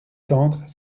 tendre